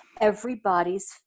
everybody's